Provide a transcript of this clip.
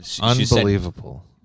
unbelievable